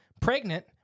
pregnant